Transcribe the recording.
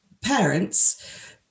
parents